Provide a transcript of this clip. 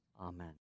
Amen